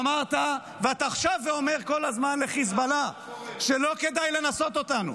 אמרת ואתה שב ואומר כל הזמן לחיזבאללה שלא כדאי לנסות אותנו,